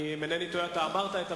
אם אינני טועה אתה אמרת את המשפט.